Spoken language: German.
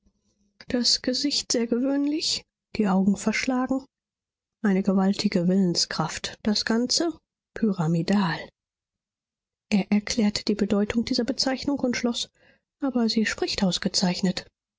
das gesicht sehr gewöhnlich die augen verschlagen eine gewaltige willenskraft das ganze pyramidal er erklärte die bedeutung dieser bezeichnung und schloß aber sie spricht ausgezeichnet